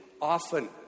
often